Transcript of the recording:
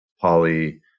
poly